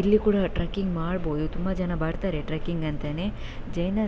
ಇಲ್ಲಿ ಕೂಡ ಟ್ರೆಕ್ಕಿಂಗ್ ಮಾಡ್ಬೋದು ತುಂಬ ಜನ ಬರ್ತಾರೆ ಟ್ರೆಕ್ಕಿಂಗ್ ಅಂತಾನೇ ಜೈನ